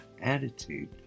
attitude